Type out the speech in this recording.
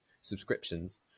subscriptions